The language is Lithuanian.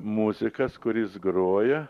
muzikas kuris groja